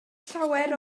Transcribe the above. llawer